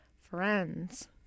friends